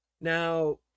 Now